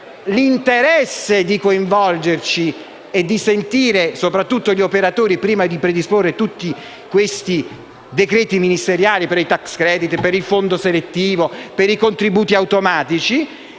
l’interesse a coinvolgerci e sentire soprattutto gli operatori prima di predisporre tutti questi decreti ministeriali per i tax credit, per il fondo selettivo, per i contributi automatici.